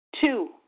Two